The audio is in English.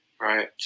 Right